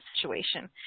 situation